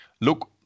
look